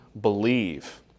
believe